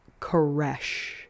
Koresh